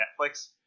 Netflix